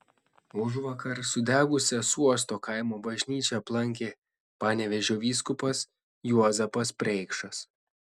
užvakar sudegusią suosto kaimo bažnyčią aplankė panevėžio vyskupas juozapas preikšas